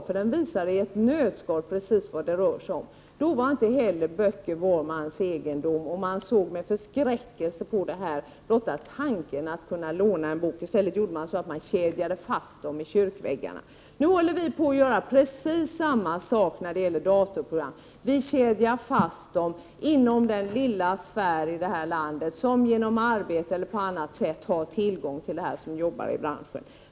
Den visar nämligen i ett nötskal precis vad det rör sig om. På den tiden var inte böcker var mans egendom, och man såg med förskräckelse på blotta tanken att låna en bok. I stället kedjades böckerna fast i kyrkväggarna. Nu håller precis samma sak på att ske när det gäller datorprogram. De kedjas fast inom den lilla sfär i det här landet som genom arbete eller på annat sätt har tillgång till dem.